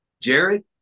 Jared